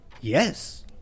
Yes